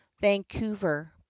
vancouver